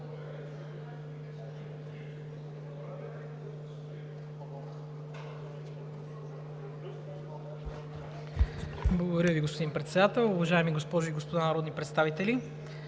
Благодаря Ви, господин Председател. Уважаеми госпожи и господа народни представители!